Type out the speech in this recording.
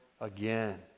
again